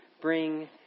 bring